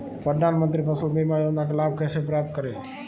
प्रधानमंत्री फसल बीमा योजना का लाभ कैसे प्राप्त करें?